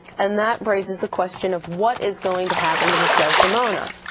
and that raises the question of what is going to happen to with desdemona.